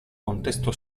contesto